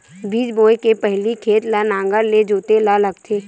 बीज बोय के पहिली खेत ल नांगर से जोतेल लगथे?